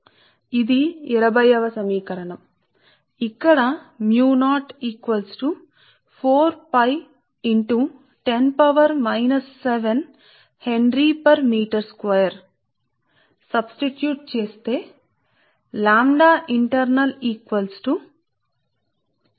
సరే కాబట్టి ఇది సమీకరణం 20 ఉంది లాంబ్డా అంతర్గతం గా వాస్తవానికి చదరపుమీటరుకి హెన్రీ కి సమానం